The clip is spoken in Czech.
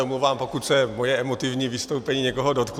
Omlouvám se, pokud se moje emotivní vystoupení někoho dotklo.